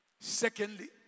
Secondly